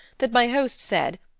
that my host said,